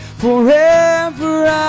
forever